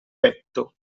petto